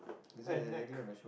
and neck